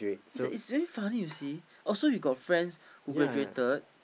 is like is very funny you see oh so you got friends who graduated